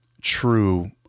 true